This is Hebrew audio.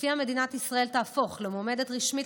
שלפיה מדינת ישראל תהפוך למועמדת רשמית